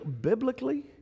Biblically